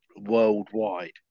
worldwide